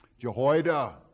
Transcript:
Jehoiada